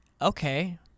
okay